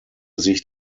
sich